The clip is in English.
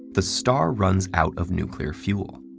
the star runs out of nuclear fuel,